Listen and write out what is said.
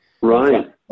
Right